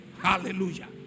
Hallelujah